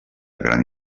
gran